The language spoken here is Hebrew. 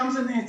שם זה נעצר.